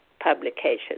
publications